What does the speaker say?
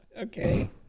okay